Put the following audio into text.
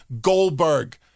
Goldberg